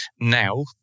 Now